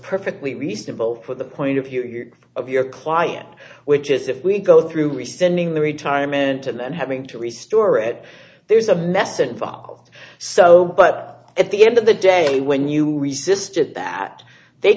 perfectly reasonable for the point of view of your client which is if we go through resenting the retirement and then having to restore it there's a message involved so but at the end of the day when you resisted that they